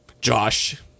Josh